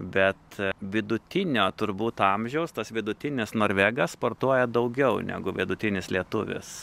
bet vidutinio turbūt amžiaus tas vidutinis norvegas sportuoja daugiau negu vidutinis lietuvis